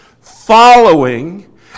following